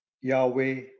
Yahweh